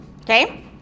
Okay